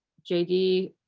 j d.